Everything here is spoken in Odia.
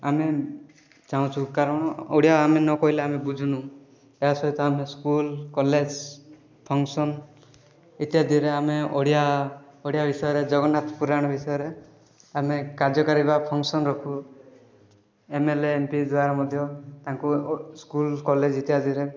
ଆମେ ଚାହୁଁଛୁ କାରଣ ଓଡ଼ିଆ ଆମେ ନ କହିଲେ ଆମେ ବୁଝୁନୁ ତା' ସହିତ ଆମେ ସ୍କୁଲ୍ କଲେଜ୍ ଫଙ୍କସନ୍ ଇତ୍ୟାଦିରେ ଆମେ ଓଡ଼ିଆ ଓଡ଼ିଆ ବିଷୟରେ ଜଗନ୍ନାଥ ପୁରାଣ ବିଷୟରେ ଆମେ କାର୍ଯ୍ୟକାରି ବା ଫଙ୍କସନ୍ ରଖୁ M L A M P ଦ୍ୱାରା ମଧ୍ୟ ତାଙ୍କୁ ଅ ସ୍କୁଲ୍ କଲେଜ୍ ଇତ୍ୟାଦିରେ